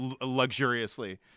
luxuriously